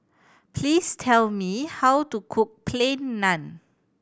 please tell me how to cook Plain Naan